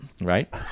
right